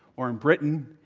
or in britain.